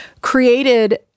created